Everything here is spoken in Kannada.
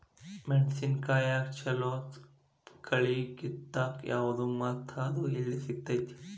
ಮೆಣಸಿನಕಾಯಿಗ ಛಲೋ ಕಳಿ ಕಿತ್ತಾಕ್ ಯಾವ್ದು ಮತ್ತ ಅದ ಎಲ್ಲಿ ಸಿಗ್ತೆತಿ?